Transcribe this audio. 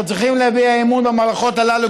אנחנו צריכים להביע אמון במערכות הללו,